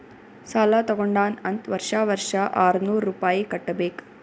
ಸಾಲಾ ತಗೊಂಡಾನ್ ಅಂತ್ ವರ್ಷಾ ವರ್ಷಾ ಆರ್ನೂರ್ ರುಪಾಯಿ ಕಟ್ಟಬೇಕ್